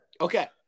Okay